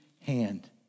hand